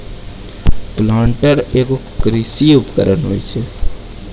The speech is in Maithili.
प्लांटर एगो कृषि उपकरण होय छै